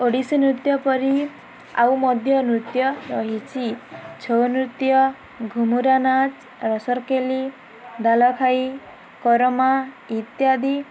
ଓଡ଼ିଶୀ ନୃତ୍ୟ ପରି ଆଉ ମଧ୍ୟ ନୃତ୍ୟ ରହିଛି ଛଉ ନୃତ୍ୟ ଘୁମୁରା ନାଚ ରସରକେଲି ଡାଲଖାଇ କରମା ଇତ୍ୟାଦି